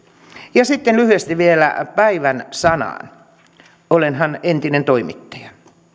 ja sitten lyhyesti vielä päivän sanaan olenhan entinen toimittaja